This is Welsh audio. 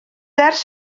ers